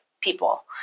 people